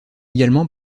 également